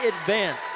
advance